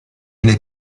n’ai